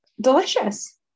Delicious